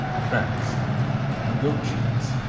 france goat cheese.